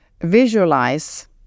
visualize